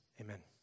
Amen